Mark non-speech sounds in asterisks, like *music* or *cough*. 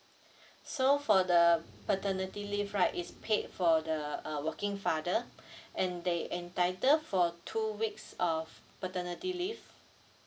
*breath* so for the paternity leave right is paid for the uh working father *breath* and they entitle for two weeks of paternity leave